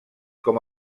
com